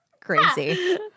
Crazy